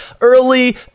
early